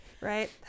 Right